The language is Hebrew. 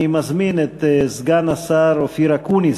אני מזמין את סגן השר אופיר אקוניס,